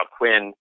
Quinn